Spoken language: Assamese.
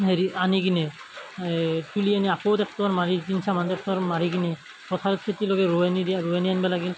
হেৰি আনি কিনে তুলি আনি আকৌ ট্ৰেক্টৰ মাৰি তিনি চাপমান ট্ৰেক্টৰ মাৰি কিনে পথাৰত খেতি লোগে ৰোৱনী দিয়া ৰোৱনী আনবা লাগিল